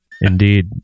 Indeed